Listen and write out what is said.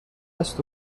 است